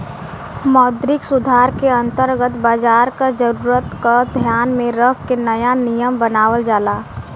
मौद्रिक सुधार के अंतर्गत बाजार क जरूरत क ध्यान में रख के नया नियम बनावल जाला